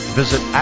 visit